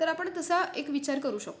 तर आपण तसा एक विचार करू शकतो